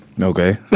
Okay